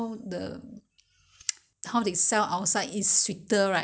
like not so soft not so flavourful that why he didn't like to eat